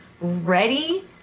ready